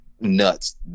nuts